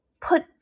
put